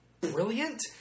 brilliant